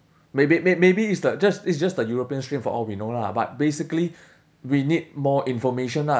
maybe maybe it's the just it's just the european stream for all we we know lah but basically we need more information lah